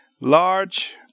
large